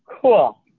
cool